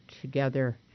together